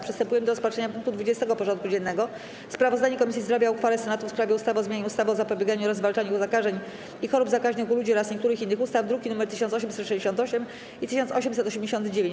Przystępujemy do rozpatrzenia punktu 20. porządku dziennego: Sprawozdanie Komisji Zdrowia o uchwale Senatu w sprawie ustawy o zmianie ustawy o zapobieganiu oraz zwalczaniu zakażeń i chorób zakaźnych u ludzi oraz niektórych innych ustaw (druki nr 1868 i 1889)